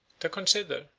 to consider,